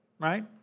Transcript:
right